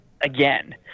again